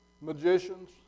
magicians